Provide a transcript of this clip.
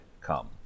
come